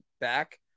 back